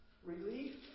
Relief